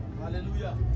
Hallelujah